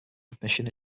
admission